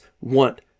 want